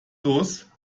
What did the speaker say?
los